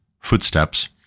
footsteps